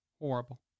horrible